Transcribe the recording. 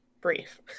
brief